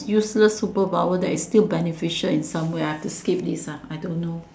useless superpower that is still beneficial in some way I've to skip this ah I don't know